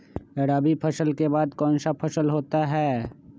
रवि फसल के बाद कौन सा फसल होता है?